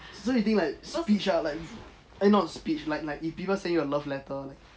so you think like speech lah like eh not speech like like if people send you a love letter like